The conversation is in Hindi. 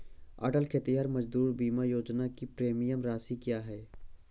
अटल खेतिहर मजदूर बीमा योजना की प्रीमियम राशि क्या है?